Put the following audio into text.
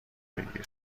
بگیر